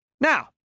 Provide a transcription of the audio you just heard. Now